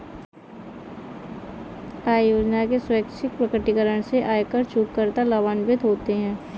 आय योजना के स्वैच्छिक प्रकटीकरण से आयकर चूककर्ता लाभान्वित होते हैं